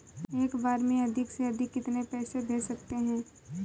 एक बार में अधिक से अधिक कितने पैसे भेज सकते हैं?